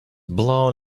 blown